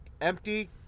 empty